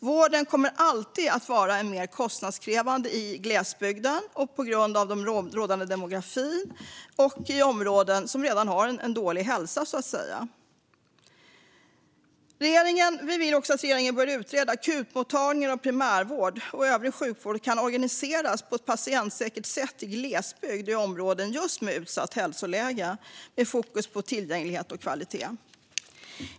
Vården kommer alltid att vara mer kostnadskrävande i glesbygden på grund av rådande demografi och i områden där det redan råder dålig hälsa. Vi vill också att regeringen ska utreda hur akutmottagningar, primärvård och övrig sjukvård kan organiseras på ett patientsäkert sätt i glesbygd i områden med just utsatt hälsoläge med fokus på tillgänglighet och kvalitet.